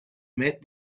met